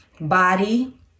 body